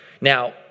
Now